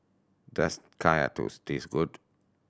does Kaya Toast taste good